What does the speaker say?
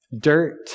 dirt